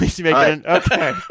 Okay